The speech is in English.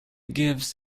gives